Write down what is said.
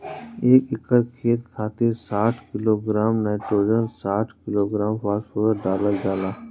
एक एकड़ खेत खातिर साठ किलोग्राम नाइट्रोजन साठ किलोग्राम फास्फोरस डालल जाला?